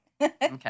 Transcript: Okay